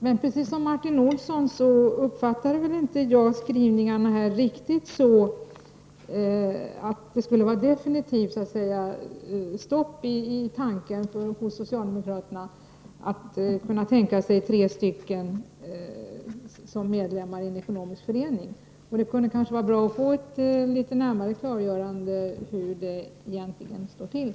Men precis som Martin Olsson så uppfattar jag inte skrivningarna riktigt så, att det skulle vara ett definitivt stopp för socialdemokraterna att kunna tänka sig endast tre medlemmar i en ekonomisk förening. Det kunde kanske vara bra att få ett litet närmare klargörande hur det egentligen ligger till.